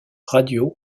radio